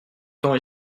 temps